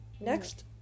Next